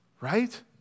Right